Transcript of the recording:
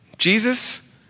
Jesus